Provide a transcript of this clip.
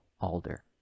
Alder